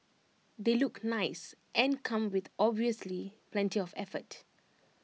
they look nice and come with obviously plenty of effort